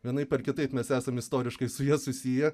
vienaip ar kitaip mes esam istoriškai su ja susiję